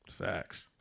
Facts